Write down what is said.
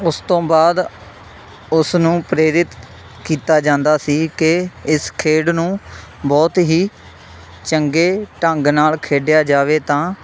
ਉਸ ਤੋਂ ਬਾਅਦ ਉਸ ਨੂੰ ਪ੍ਰੇਰਿਤ ਕੀਤਾ ਜਾਂਦਾ ਸੀ ਕਿ ਇਸ ਖੇਡ ਨੂੰ ਬਹੁਤ ਹੀ ਚੰਗੇ ਢੰਗ ਨਾਲ਼ ਖੇਡਿਆ ਜਾਵੇ ਤਾਂ